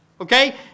okay